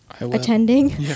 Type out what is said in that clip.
attending